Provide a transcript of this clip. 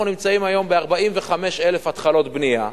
אנחנו נמצאים היום ב-45,000 התחלות בנייה,